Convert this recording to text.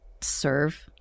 serve